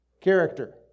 character